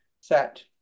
set